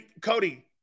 Cody